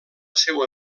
seua